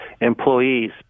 employees